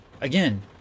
again